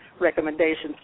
recommendations